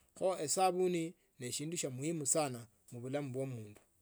Kho esabuni ne shindu shya maana sana mu bulamu bwa omundu.